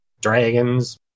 dragons